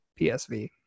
psv